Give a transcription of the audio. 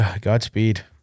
Godspeed